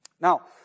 Now